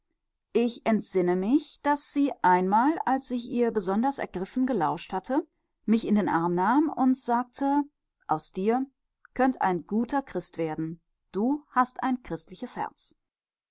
ich entsinne mich daß sie einmal als ich ihr besonders ergriffen gelauscht hatte mich in den arm nahm und sagte aus dir könnt ein guter christ werden du hast ein christliches herz